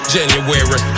January